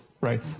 right